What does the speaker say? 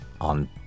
on